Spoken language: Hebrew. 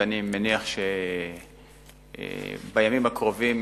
ואני מניח שבימים הקרובים